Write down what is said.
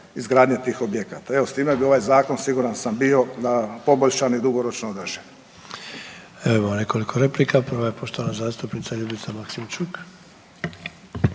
izgradnje tih objekata. Evo sa time bih ovaj zakon siguran bih bio poboljšan i dugoročno održiv. **Sanader, Ante (HDZ)** Imamo nekoliko replika. Prva je poštovana zastupnica Ljubica Maksimčuk.